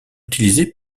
utilisés